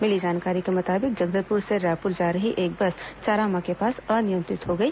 मिली जानकारी के मुताबिक जगदलपुर से रायपुर जा रही एक बस चारामा के पास अनियंत्रित हो गई